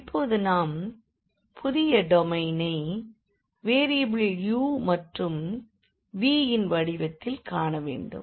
இப்போது நாம் புதிய டொமைனை வேரியபிள் u மற்றும் v ன் வடிவத்தில் காண வேண்டும்